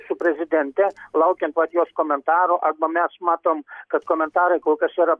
su prezidente laukiam vat jos komentarų arba mes matom kad komentarai kol kas yra